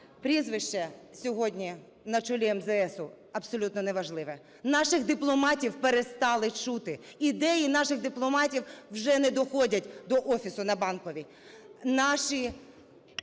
прізвище сьогодні на чолі МЗСу абсолютно неважливе. Наших дипломатів перестали чути. Ідеї наших дипломатів вже не доходять до Офісу на Банковій.